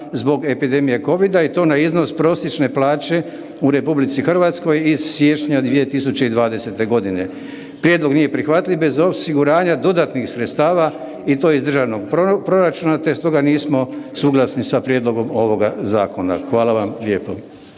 zbog epidemije kovida i to na iznos prosječne plaće u RH iz siječnja 2020. godine. Prijedlog nije prihvatljiv bez osiguranja dodatnih sredstava i to iz državnog proračuna te stoga nismo suglasni sa prijedlogom ovoga zakona Hvala vam lijepo.